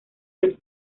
del